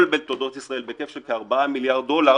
בתולדות ישראל בהיקף של כ-4 מיליארד דולר